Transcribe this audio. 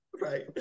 Right